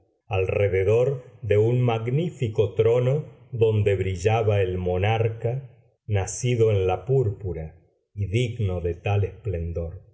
rededor de un magnífico trono donde brillaba el monarca nacido en la púrpura y digno de tal esplendor